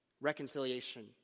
reconciliation